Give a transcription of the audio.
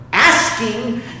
Asking